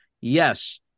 yes